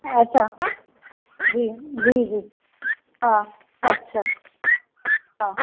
अच्छा जी जी जी हा अच्छा हा